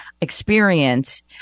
experience